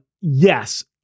Yes